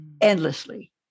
endlessly